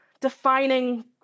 defining